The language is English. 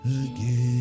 again